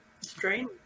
Strain